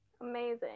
amazing